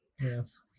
Yes